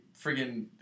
friggin